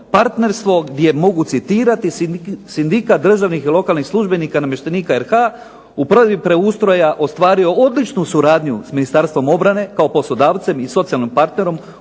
partnerstvo, gdje mogu citirati: "Sindikat državnih i lokalnih službenika i namještenika RH u provedbi preustroja ostvario odličnu suradnju s Ministarstvom obrane kao poslodavcem i socijalnim partnerom